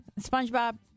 SpongeBob